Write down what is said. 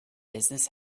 business